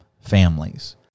families